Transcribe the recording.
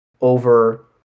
over